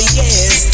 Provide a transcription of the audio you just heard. yes